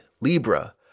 Libra